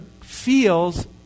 feels